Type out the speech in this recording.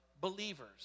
believers